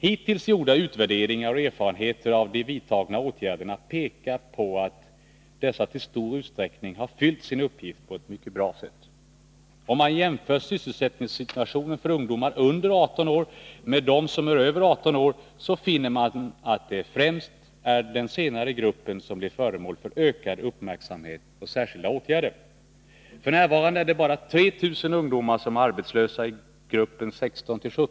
Hittills gjorda utvärderingar och erfarenheter av de vidtagna åtgärderna pekar på att dessa i stor utsträckning har fyllt sina uppgifter på ett mycket bra sätt. Om man jämför sysselsättningssituationen för ungdomar under 18 år med dem som är över 18 år finner man att det främst är den senare gruppen som blir föremål för ökad uppmärksamhet och särskilda åtgärder. F. n. är det bara 3 000 ungdomar som är arbetslösa i gruppen 16t.o.m.